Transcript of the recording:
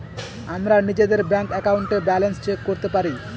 আমরা নিজের ব্যাঙ্ক একাউন্টে ব্যালান্স চেক করতে পারি